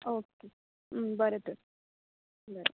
okay बरें तर बरें